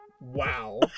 wow